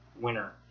winner